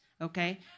Okay